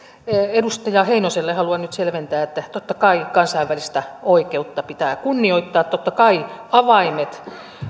edustaja heinoselle haluan nyt selventää että totta kai kansainvälistä oikeutta pitää kunnioittaa totta kai avaimet